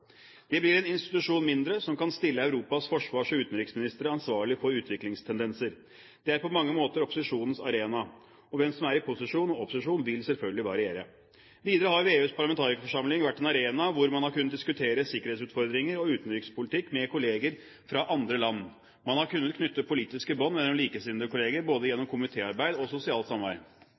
Det blir en institusjon mindre som kan stille Europas forsvars- og utenriksministre ansvarlige for utviklingstendenser. Det er på mange måter opposisjonens arena, og hvem som er i posisjon og opposisjon vil selvfølgelig variere. Videre har VEUs parlamentarikerforsamling vært en arena hvor man har kunnet diskutere sikkerhetsutfordringer og utenrikspolitikk med kolleger fra andre land. Man har kunnet knytte politiske bånd mellom likesinnede kolleger både gjennom komitéarbeid og sosialt